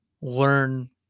learn